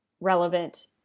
relevant